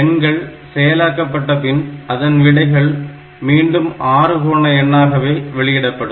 எண்கள் செயலாக்கபட்டபின் அதன் விடைகள் மீண்டும் ஆறுகோண எண்ணாகவே வெளியிடப்படும்